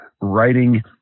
writing